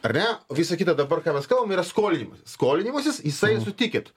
ar ne o visa kita dabar ką mes kalbam yra skolinimasis skolinimasis jisai sutikit